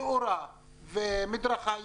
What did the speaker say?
תאורה ומדרכה,